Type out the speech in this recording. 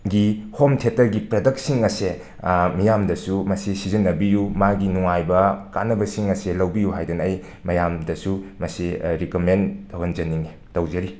ꯒꯤ ꯍꯣꯝ ꯊꯦꯇꯔꯒꯤ ꯄ꯭ꯔꯗꯛꯁꯤꯡ ꯑꯁꯦ ꯃꯤꯌꯥꯝꯗꯁꯨ ꯃꯁꯤ ꯁꯤꯖꯤꯟꯅꯕꯤꯌꯨ ꯃꯥꯒꯤ ꯅꯨꯡꯉꯥꯏꯕ ꯀꯥꯟꯅꯕꯁꯤꯡ ꯑꯁꯦ ꯂꯧꯕꯤꯌꯨ ꯍꯥꯏꯗꯅ ꯑꯩ ꯃꯌꯥꯝꯗꯁꯨ ꯃꯁꯤ ꯔꯤꯀꯃꯦꯟ ꯇꯧꯍꯟꯖꯅꯤꯡꯏ ꯇꯧꯖꯔꯤ